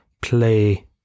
play